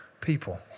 people